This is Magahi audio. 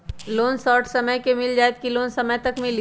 लोन शॉर्ट समय मे मिल जाएत कि लोन समय तक मिली?